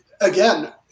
again